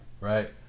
right